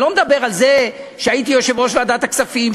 אני לא מדבר על זה שהייתי יושב-ראש ועדת הכספים,